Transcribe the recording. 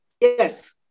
Yes